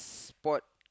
sport